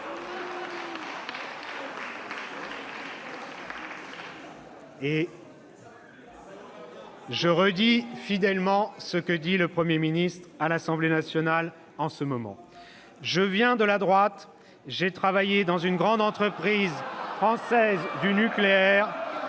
Je répète fidèlement ce que dit le Premier ministre à l'Assemblée nationale en ce moment. « Je viens de la droite, j'ai travaillé dans une grande entreprise française du nucléaire,